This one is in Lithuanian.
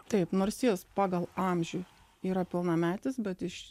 taip nors jis pagal amžių yra pilnametis bet iš